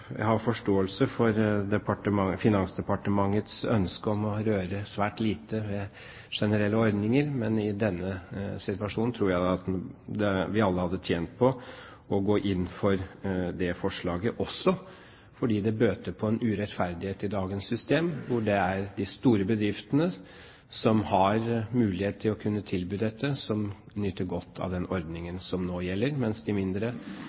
Jeg har forståelse for Finansdepartementets ønske om å røre svært lite ved generelle ordninger, men i denne situasjonen tror jeg at vi alle hadde tjent på å gå inn for dette forslaget, også fordi det bøter på en urettferdighet i dagens system: Det er de store bedriftene som har mulighet til å tilby dette, som nyter godt av den ordningen som nå gjelder, mens de mindre